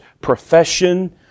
profession